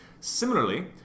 Similarly